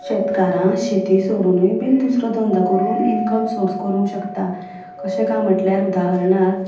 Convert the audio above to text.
शेतकारांक शेती सोडुनूय बीन दुसरो धंदो करून इन्कम सोर्स करूंक शकता अशें काम म्हणल्यार उदाहरणाक